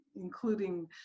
including